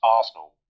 Arsenal